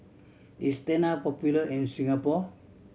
is Tena popular in Singapore